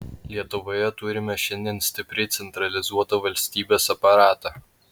lietuvoje turime šiandien stipriai centralizuotą valstybės aparatą